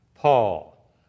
Paul